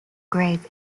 grave